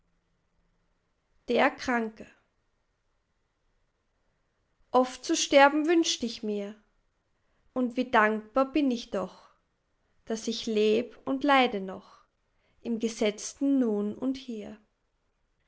der kranke oft zu sterben wünscht ich mir und wie dankbar bin ich doch daß ich leb und leide noch im gesetzten nun und hier